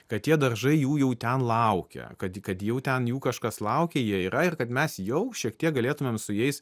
kad tie daržai jų jau ten laukia kad kad jau ten jų kažkas laukia jie yra ir kad mes jau šiek tiek galėtumėm su jais